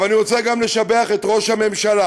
אבל אני רוצה לשבח גם את ראש הממשלה,